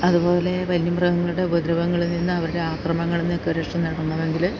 അതുപോലെ വന്യമൃഗങ്ങളുടെ ഉപദ്രവങ്ങളിൽ നിന്ന് അവരുടെ ആക്രമങ്ങളിൽ നിന്നൊക്കെ രക്ഷ നേടണം എങ്കിൽ